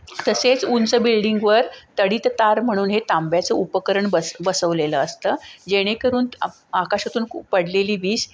तसेच उंच बिल्डिंगवर तडित तार म्हणून हे तांब्याचं उपकरण बस बसवलेलं असतं जेणेकरून आकाशातून पडलेली वीज